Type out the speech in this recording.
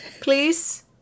please